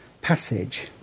passage